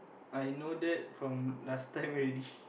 I know that from last time already